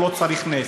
והוא לא צריך נס.